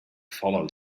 follow